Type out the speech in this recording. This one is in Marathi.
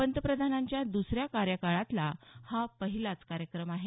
पंतप्रधानांच्या दुसऱ्या कार्यकाळातला हा पहिलाच कार्यक्रम आहे